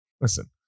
Listen